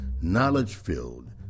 knowledge-filled